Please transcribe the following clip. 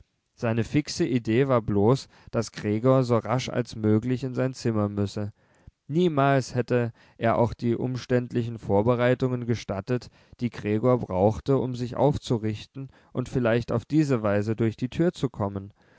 seine fixe idee war bloß daß gregor so rasch als möglich in sein zimmer müsse niemals hätte er auch die umständlichen vorbereitungen gestattet die gregor brauchte um sich aufzurichten und vielleicht auf diese weise durch die tür zu kommen